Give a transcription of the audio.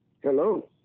Hello